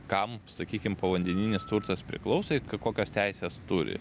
kam sakykim povandeninis turtas priklauso kokios teises turi